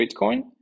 Bitcoin